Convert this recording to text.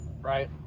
right